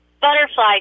Butterfly